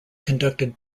conducted